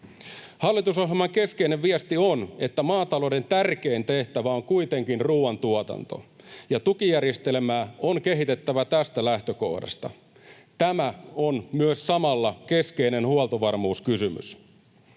Hallitusohjelman keskeinen viesti on, että maatalouden tärkein tehtävä on kuitenkin ruoantuotanto, ja tukijärjestelmää on kehitettävä tästä lähtökohdasta. Tämä on myös samalla keskeinen huoltovarmuuskysymys.